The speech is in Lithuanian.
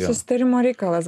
susitarimo reikalas